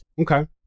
okay